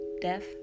Death